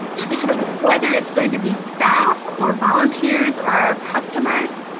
because whether it's going to be staff or volunteers or our customers,